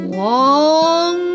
long